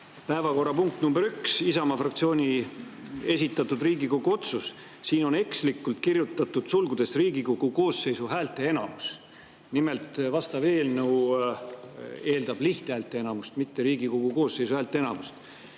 päevakorrapunkt nr 1, Isamaa fraktsiooni esitatud Riigikogu otsuse [eelnõu] – siia on ekslikult kirjutatud "(Riigikogu koosseisu häälteenamus)". Nimelt, vastav eelnõu eeldab lihthäälteenamust, mitte Riigikogu koosseisu häälteenamust.